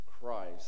Christ